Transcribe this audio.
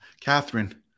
Catherine